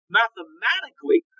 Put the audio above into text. mathematically –